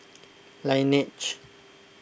Laneige